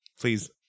please